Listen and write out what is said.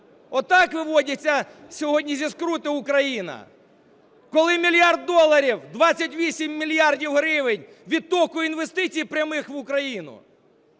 Отак виводиться сьогодні зі скрути Україна? Коли 1 мільярд доларів, 28 мільярдів гривень, відтоку інвестицій прямих в Україну.